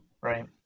right